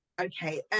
okay